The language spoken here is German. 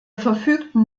verfügten